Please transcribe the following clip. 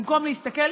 במקום להסתכל,